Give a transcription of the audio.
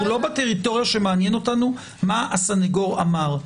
אנחנו לא בטריטוריה שמעניין אותנו מה הסנגור אמר.